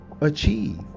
achieve